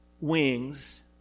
wings